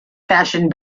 fashioned